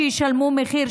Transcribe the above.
שישלמו מחיר,